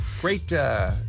Great